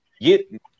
get